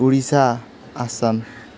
Odisha Assam